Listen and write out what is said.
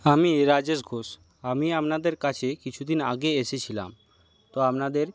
আমি রাজেশ ঘোষ আমি আপনাদের কাছে কিছু দিন আগে এসেছিলাম তো আপনাদের